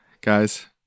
guys